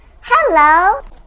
Hello